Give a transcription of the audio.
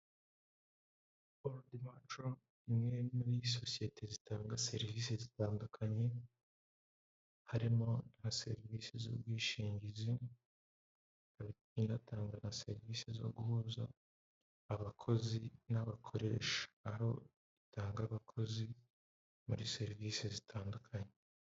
Orudi macoro imwe muri sosiyete zitanga serivisi zitandukanye, harimo nka serivisi z'ubwishingizi bakaba batanga na serivisi zo guhuza abakozi n'abakoresha, aho batanga abakozi muri serivisi zitandukanye.